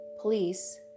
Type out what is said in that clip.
police